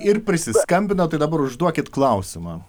ir prisiskambinot tai dabar užduokit klausimą